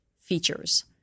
features